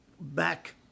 back